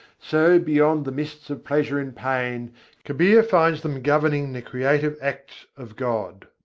so beyond the mists of pleasure and pain kabir finds them governing the creative acts of god.